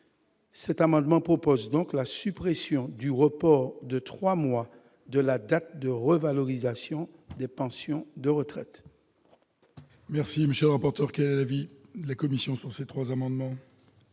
Cet amendement vise donc à supprimer le report de trois mois de la date de revalorisation des pensions de retraite.